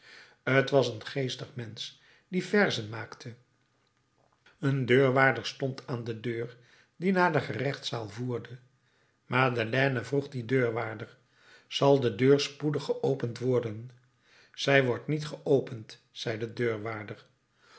t was een geestig mensch die verzen maakte een deurwaarder stond aan de deur die naar de gerechtszaal voerde madeleine vroeg dien deurwaarder zal de deur spoedig geopend worden zij wordt niet geopend zei de deurwaarder